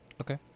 Okay